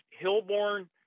Hillborn